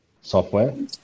software